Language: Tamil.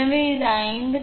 எனவே இது 53